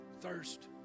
thirst